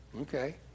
Okay